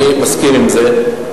אני מסכים עם זה.